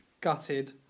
Gutted